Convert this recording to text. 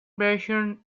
version